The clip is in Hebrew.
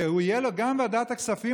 ותהיה לו גם ועדת הכספים.